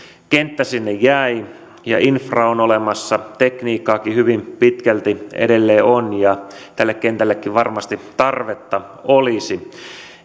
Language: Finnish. kenttä sinne jäi ja infra on olemassa tekniikkaakin hyvin pitkälti edelleen on ja tälle kentällekin varmasti tarvetta olisi